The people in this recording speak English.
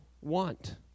want